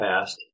past